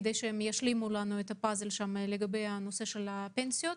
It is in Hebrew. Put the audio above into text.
כדי שישלימו את הפאזל בנושא הפנסיות.